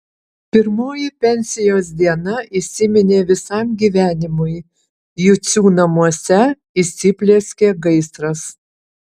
pirmoji pensijos diena įsiminė visam gyvenimui jucių namuose įsiplieskė gaisras